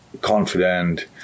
confident